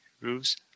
rules